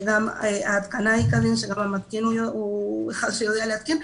שגם המתקין הוא אחד שיודע להתקין.